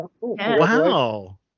wow